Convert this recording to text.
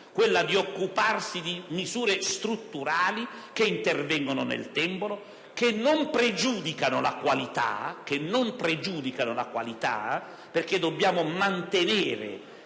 occorre occuparsi di misure strutturali, che intervengono nel tempo e che non pregiudicano la qualità, perché dobbiamo mantenere